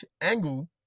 angle